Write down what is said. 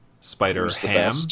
Spider-Ham